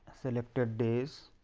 selected days